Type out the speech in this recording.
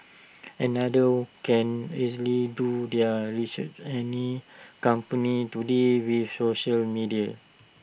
another can easily do their research any company today with social media